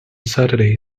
saturday